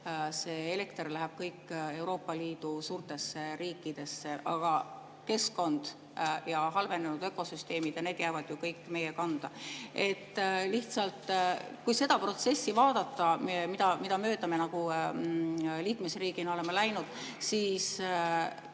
see elekter läheb kõik Euroopa Liidu suurtesse riikidesse, aga keskkond ja halvenenud ökosüsteemid – see jääb kõik meie kanda. Lihtsalt kui seda protsessi vaadata, mille me liikmesriigina oleme [läbi teinud], siis